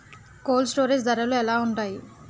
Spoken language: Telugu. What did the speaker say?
కోల్డ్ స్టోరేజ్ ధరలు ఎలా ఉంటాయి?